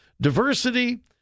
diversity